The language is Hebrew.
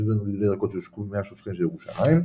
דונם לגידולי ירקות שהושקו במי השופכין של ירושלים.